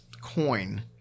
coin